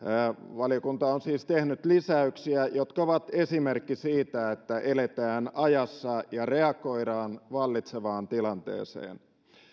valiokunta on siis tehnyt lisäyksiä jotka ovat esimerkki siitä että eletään ajassa ja reagoidaan vallitsevaan tilanteeseen